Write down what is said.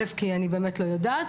אלף כי אני באמת לא יודעת,